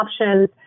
options